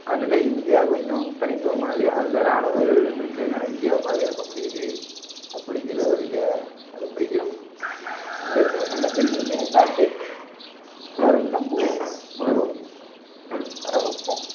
அதில் இந்தியா கொஞ்சம் தனித்துவமானது அதில் ராணுவ வீரர்கள் இருக்கிறதுனால இந்தியாவை பாதுகாக்க முடியுது அப்படிங்கிற ஒரு இதை அதில் குறிக்கிறோம் இடத்துல நல்ல ப்ரைஸ் இருக்குதுன்னு வரும்னு நம்புவோம் வரும் வரை வைப்போம்